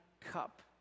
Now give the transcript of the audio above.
cup